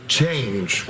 change